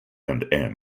and